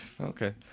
Okay